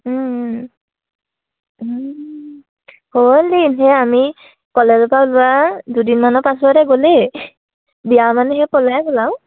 হ'ল দিন আমি কলেজৰ পৰা ওলোৱা দুদিনমানৰ পাছতে গ'লেই বিয়া মানেহে পলাই গ'ল আৰু